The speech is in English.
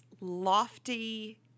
lofty